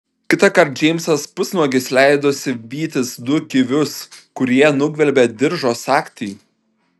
kitąkart džeimsas pusnuogis leidosi vytis du kivius kurie nugvelbė diržo sagtį